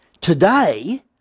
Today